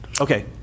okay